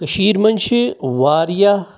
کشِیرِ منٛز چھِ واریاہ